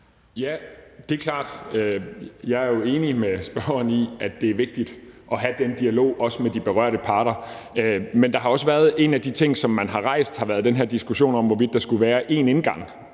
Ja, det er klart. Jeg er jo enig med spørgeren i, at det er vigtigt at have den dialog, også med de berørte parter. Men en af de ting, som man har rejst, har været den her diskussion om, hvorvidt der skulle være én indgang